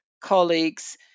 colleagues